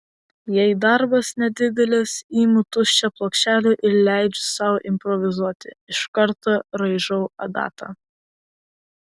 jei darbas nedidelis imu tuščią plokštelę ir leidžiu sau improvizuoti iš karto raižau adata